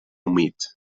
humits